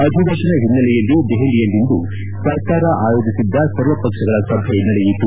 ಅದಿವೇಶನ ಹಿನ್ನೆಲೆಯಲ್ಲಿ ದೆಹಲಿಯಲ್ಲಿಂದು ಸರ್ಕಾರ ಆಯೋಜಿಸಿದ್ದ ಸರ್ವಪಕ್ಷಗಳ ಸಭೆ ನಡೆಯಿತು